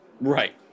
Right